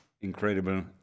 incredible